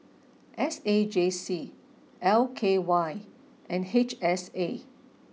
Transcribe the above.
S A J C L K Y and H S A